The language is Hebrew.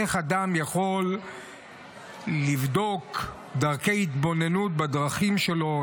איך אדם יכול לבדוק דרכי התבוננות בדרכים שלו,